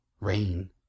rain